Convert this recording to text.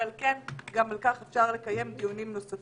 ועל כן גם על כך אפשר לקיים דיונים נוספים.